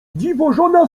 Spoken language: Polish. dziwożona